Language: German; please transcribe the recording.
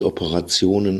operationen